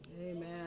Amen